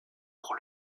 pour